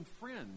friends